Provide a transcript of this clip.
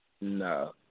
No